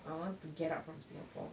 I want to get out from singapore